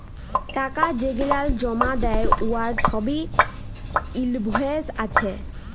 টাকা যেগলাল জমা দ্যায় উয়ার ছবই ইলভয়েস আছে